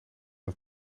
het